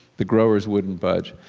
the growers wouldn't budge.